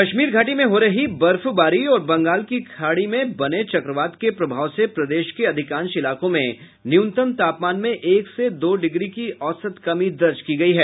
कश्मीर घाटी में हो रही बर्फबारी और बंगाल की खारी में बने चक्रवात के प्रभाव से प्रदेश के अधिकांश इलाकों में न्यूनतम तापमान में एक से दो डिग्री की औसत कमी दर्ज की गयी है